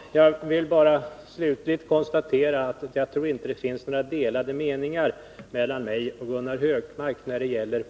Herr talman! Jag vill bara slutligen konstatera att jag inte tror att det finns några delade meningar mellan mig och Gunnar Hökmark beträffande